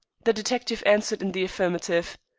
the detective answered in the affirmative.